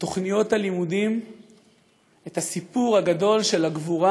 לתוכניות הלימודים את הסיפור הגדול של הגבורה